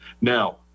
now